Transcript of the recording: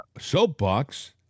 Soapbox